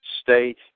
state